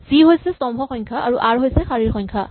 C হৈছে স্তম্ভ সংখ্যা আৰু আৰ হৈছে শাৰীৰ সংখ্যা